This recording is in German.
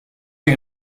sie